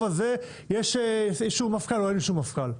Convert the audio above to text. הזה יש אישור מפכ"ל או אין אישור מפכ"ל?